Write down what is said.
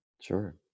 Sure